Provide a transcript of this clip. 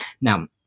Now